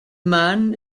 man